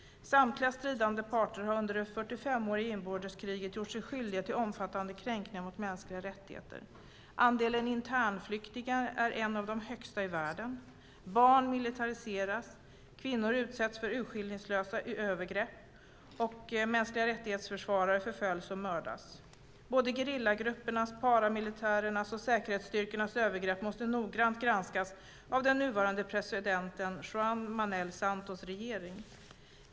Samtliga stridande parter har under det 45-åriga inbördeskriget gjort sig skyldiga till omfattande kränkningar av mänskliga rättigheter. Andelen internflyktingar är en av de största i världen. Barn militariseras, kvinnor utsätts för urskillningslösa övergrepp, och försvarare av de mänskliga rättigheterna förföljs och mördas. Både gerillagruppernas, paramilitärernas och säkerhetsstyrkornas övergrepp måste noggrant granskas av den nuvarande presidenten Juan Manuel Santos regering.